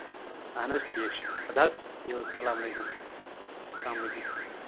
اَہن حظ ٹھیٖک چھُ اَدٕ حظ بِہِو حظ السلام علیکُم السلام علیکُم